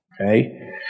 Okay